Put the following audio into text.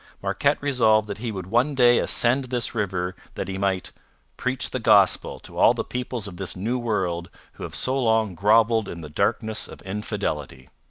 marquette resolved that he would one day ascend this river that he might preach the gospel to all the peoples of this new world who have so long grovelled in the darkness of infidelity